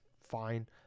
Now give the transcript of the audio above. fine